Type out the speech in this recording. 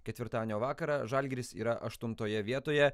ketvirtadienio vakarą žalgiris yra aštuntoje vietoje